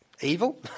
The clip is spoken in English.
evil